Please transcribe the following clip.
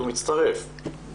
הוא מצטרף.